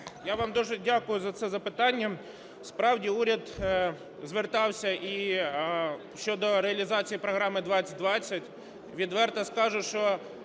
Я вам дуже дякую за це запитання. Справді уряд звертався і щодо реалізації програми-2020. Відверто скажу, що